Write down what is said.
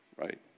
right